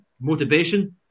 motivation